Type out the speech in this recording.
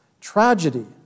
tragedy